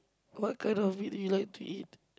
what kind of meat you like to eat